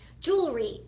jewelry